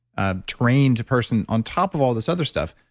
a trained person, on top of all this other stuff.